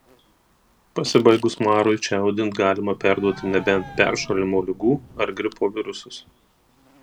pasibaigus marui čiaudint galima perduoti nebent peršalimo ligų ar gripo virusus